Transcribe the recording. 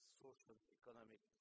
social-economic